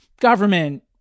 government